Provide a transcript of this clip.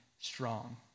strong